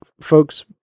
folks